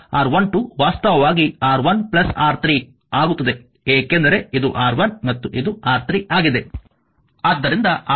ಆದ್ದರಿಂದ R12 ವಾಸ್ತವವಾಗಿ R1R3 ಆಗುತ್ತದೆ ಏಕೆಂದರೆ ಇದು R1 ಮತ್ತು ಇದು R3 ಆಗಿದೆ